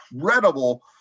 incredible